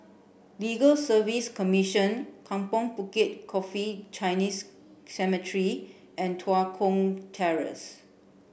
Legal Service Commission Kampong Bukit Coffee Chinese Cemetery and Tua Kong Terrace